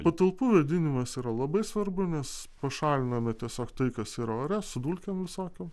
patalpų vėdinimas yra labai svarbu nes pašaliname tiesiog tai kas yra ore su dulkėm visokiom